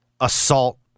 assault